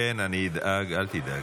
כן, אני אדאג, אל תדאג.